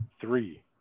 three